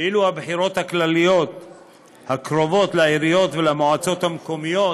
ואילו הבחירות הכלליות הקרובות לעיריות ולמועצות המקומיות